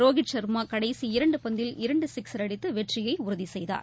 ரோஹித் சர்மா கடைசி இரண்டு பந்தில் இரண்டு சிக்சர் அடித்து வெற்றியை உறுதி செய்தார்